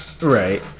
Right